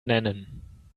nennen